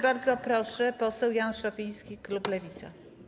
Bardzo proszę, poseł Jan Szopiński, klub Lewica.